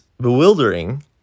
bewildering